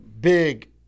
big